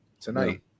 tonight